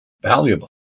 valuable